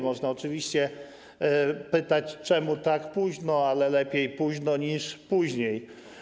Można oczywiście pytać, czemu tak późno, ale lepiej późno niż później.